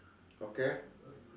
okay